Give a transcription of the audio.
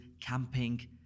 camping